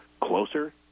closer